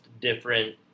different